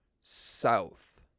south